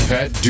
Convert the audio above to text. Pet